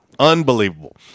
unbelievable